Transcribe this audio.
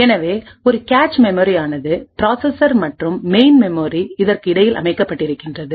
எனவே ஒரு cache memory ஆனது ப்ராசஸர் மற்றும் மெயின் மெமரி இதற்கு இடையில் அமைக்கப்பட்டிருக்கின்றது